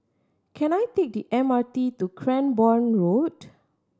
can I take the M R T to Cranborne Road